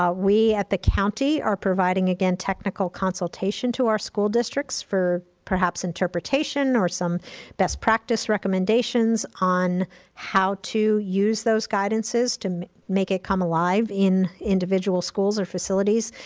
um we at the county are providing, again, technical consultation to our school districts for perhaps interpretation or some best practice recommendations on how to use those guidances to make it come alive in individual schools or facilities.